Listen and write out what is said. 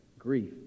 grief